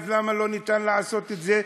למה אי-אפשר לעשות את זה,